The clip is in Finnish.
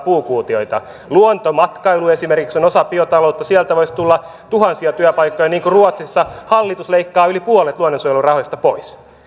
puukuutioita luontomatkailu esimerkiksi on osa biotaloutta sieltä voisi tulla tuhansia työpaikkoja niin kuin ruotsissa hallitus leikkaa yli puolet luonnonsuojelurahoista pois